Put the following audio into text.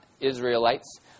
Israelites